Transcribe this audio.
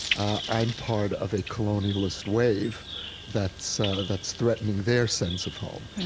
i'm part of a colonialist wave that's so that's threatening their sense of home.